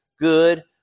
good